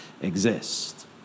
exist